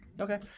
Okay